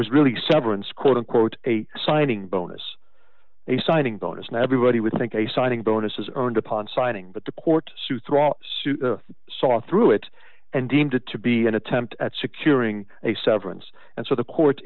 was really severance quote unquote a signing bonus a signing bonus and everybody would think a signing bonus was earned upon signing but the court strong suit saw through it and deemed it to be an attempt at securing a severance and so the court